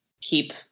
keep